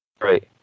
Right